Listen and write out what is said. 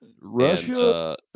Russia